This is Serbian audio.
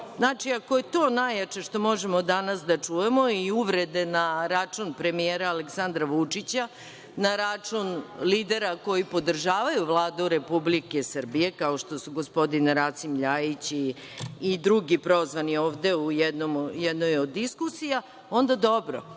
života. Znači, ako je to najjače što možemo danas da čujemo i uvrede na račun premijera Aleksandra Vučića na račun lidera koji podržavaju Vladu Republike Srbije, kao što su gospodin Rasim LJajić i drugi prozvani ovde u jednoj od diskusija, onda dobro,